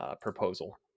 proposal